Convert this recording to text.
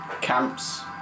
camps